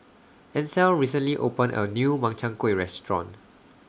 Ansel recently opened A New Makchang Gui Restaurant